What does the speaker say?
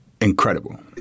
Incredible